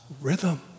rhythm